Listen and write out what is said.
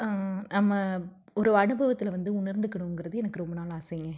நம்ம ஒரு அனுபவத்தில் வந்து உணர்ந்துக்கணுங்கிறது எனக்கு ரொம்ப நாள் ஆசைங்க